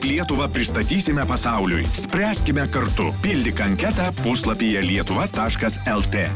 kaip lietuvą pristatysime pasauliui spręskime kartu pildyk anketą puslapyje lietuva taškas lt